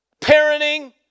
parenting